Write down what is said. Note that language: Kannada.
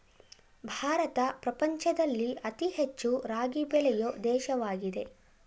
ಭಾರತ ಪ್ರಪಂಚದಲ್ಲಿ ಅತಿ ಹೆಚ್ಚು ರಾಗಿ ಬೆಳೆಯೊ ದೇಶವಾಗಿದೆ